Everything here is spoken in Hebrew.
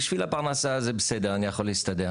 בשביל הפרנסה זה בסדר אני יכול להסתדר.